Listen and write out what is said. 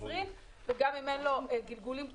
2020 וגם אם אין לו גלגולים קודמים,